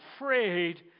afraid